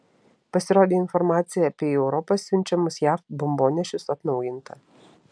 pasirodė informacija apie į europą siunčiamus jav bombonešius atnaujinta